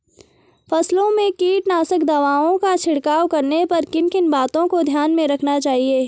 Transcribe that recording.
फसलों में कीटनाशक दवाओं का छिड़काव करने पर किन किन बातों को ध्यान में रखना चाहिए?